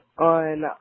on